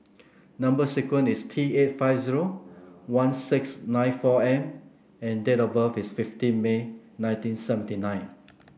number sequence is T eight five zero one six nine four M and date of birth is fifteen May nineteen seventy nine